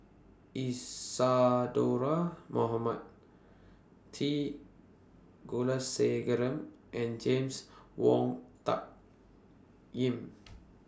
Isadhora Mohamed T Kulasekaram and James Wong Tuck Yim